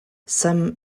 some